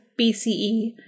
BCE